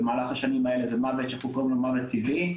זה מוות שקוראים לו מוות טבעי,